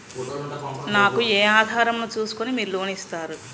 నాకు ఏ ఆధారం ను చూస్కుని మీరు లోన్ ఇస్తారు?